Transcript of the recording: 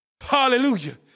Hallelujah